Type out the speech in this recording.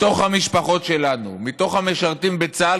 מתוך המשפחות שלנו, מתוך המשרתים בצה"ל.